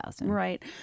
Right